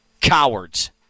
cowards